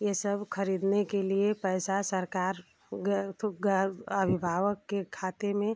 यह सब खरीदने के लिए पैसा सरकार तो अभिभावक के खाते में